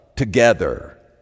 together